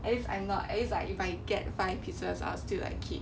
at least I'm not at least like if I get five pieces I will still like keep